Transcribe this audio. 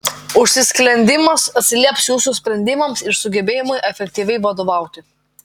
užsisklendimas atsilieps jūsų sprendimams ir sugebėjimui efektyviai vadovauti